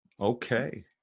okay